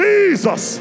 Jesus